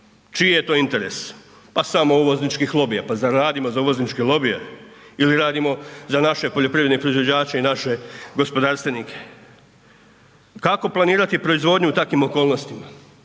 čiji je to interes? Pa samo uvozničkih lobija, pa zar radimo za uvozničke lobije ili radimo za naše poljoprivredne proizvođače i naše gospodarstvenike? Kako planirati proizvodnju u takvim okolnostima?